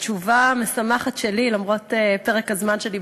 בבקשה.